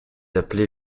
appelé